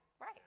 Right